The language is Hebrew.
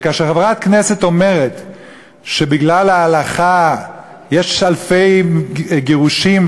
וכאשר חברת כנסת אומרת שבגלל ההלכה יש אלפי גירושין,